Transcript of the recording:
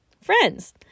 friends